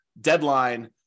deadline